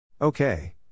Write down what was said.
Okay